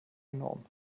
enorm